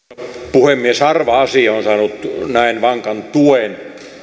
puhemies harva asia on saanut näin vankan tuen